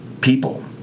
People